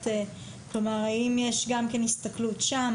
כלומר האם יש גם כן הסתכלות שם,